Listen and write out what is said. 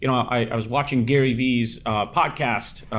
you know i was watching gary vee's podcast,